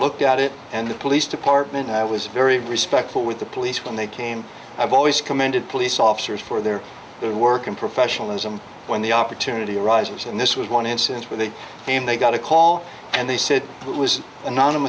looked at it and the police department i was very respectful with the police when they came i've always commended police officers for their work and professionalism when the opportunity arises and this was one instance where they came they got a call and they said it was